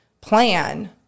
plan